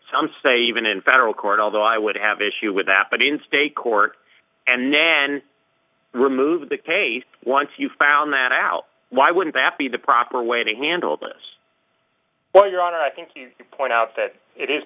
some say even in federal court although i would have issue with that but in state court and then remove the case once you found that out why wouldn't that be the proper way to handle this well your honor i think you point out that it is